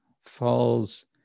falls